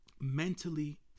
mentally